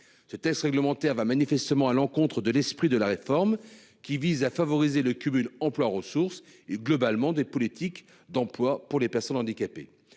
Ce texte réglementaire va manifestement à l'encontre de l'esprit de la réforme qui vise à favoriser le cumul emploi-ressources et globalement des politiques d'emploi pour les personnes handicapées